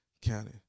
county